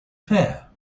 fair